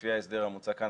לפי ההסדר המוצע כאן,